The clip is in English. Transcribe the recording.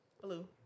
Blue